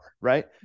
Right